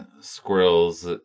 squirrels